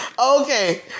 Okay